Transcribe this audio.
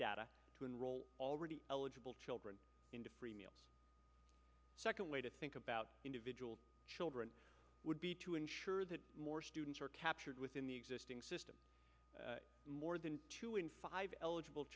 data to enroll already eligible children into free meals second way to think about individual children would be to ensure that more students are captured within the existing system more than two in five eligible